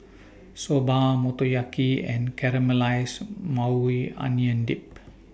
Soba Motoyaki and Caramelized Maui Onion Dip